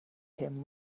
him